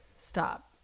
stop